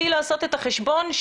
בלי לעשות את החשבון,